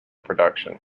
production